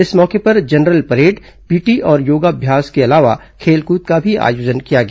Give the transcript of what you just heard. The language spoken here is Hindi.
इस मौके पर जनरल परेड पीटी और योगाभ्यास के अलावा खेलकूद का भी आयोजन किया गया